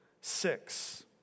six